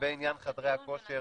לגבי עניין חדרי הכושר,